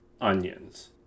onions